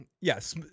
yes